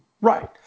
Right